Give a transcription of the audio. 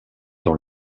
dans